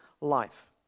life